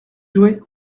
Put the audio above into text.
jouer